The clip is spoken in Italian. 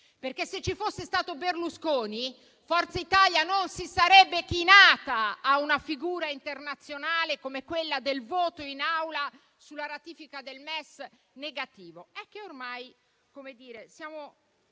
perché se ci fosse stato Berlusconi, Forza Italia non si sarebbe chinata a una figura internazionale come quella del voto contrario in Aula sulla ratifica del MES. È che ormai siamo